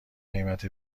قیمت